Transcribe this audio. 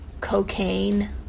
cocaine